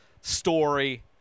story